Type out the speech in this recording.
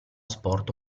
sport